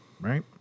right